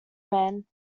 man